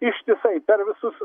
ištisai per visus